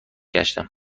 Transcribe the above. گشتم